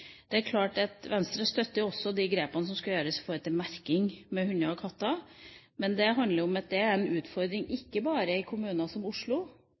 Det er klart at Venstre også støtter de grepene som skal gjøres i forhold til merking av hunder og katter, men det er ikke bare en utfordring i kommuner som Oslo,